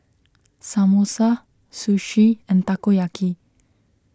Samosa Sushi and Takoyaki